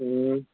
ꯎꯝ